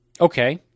Okay